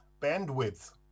bandwidth